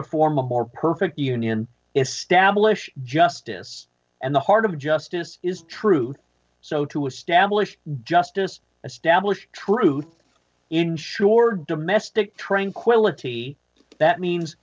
to form a more perfect union establish justice and the heart of justice is truth so to establish justice established truth insure domestic tranquility that means